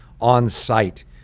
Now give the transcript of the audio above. on-site